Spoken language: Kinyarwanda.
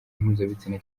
mpuzabitsina